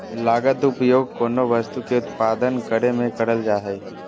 लागत उपयोग कोनो वस्तु के उत्पादन करे में करल जा हइ